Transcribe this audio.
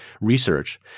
research